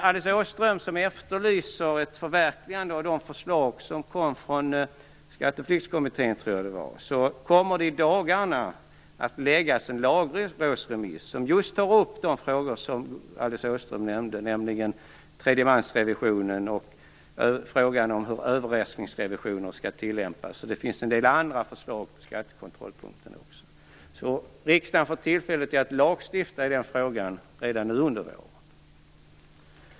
Alice Åström efterlyste ett förverkligande av de förslag som kom från Skatteflyktskommittén. Det kommer i dagarna att läggas fram en lagrådsremiss som tar upp just de frågor som Alice Åström nämnde, nämligen tredje mans-revisionen och frågan om hur överraskningsrevisioner skall utföras. Det finns också en del andra förslag när det gäller skattekontroll. Riksdagen får tillfälle att lagstifta i den frågan redan under våren.